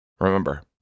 Remember